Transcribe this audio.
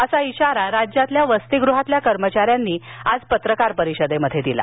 असा इशारा राज्यातील वसतिगृहातील कर्मचाऱ्यांनी आज पत्रकार परिषदेत दिला